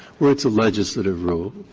where it's a legislative rule,